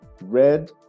red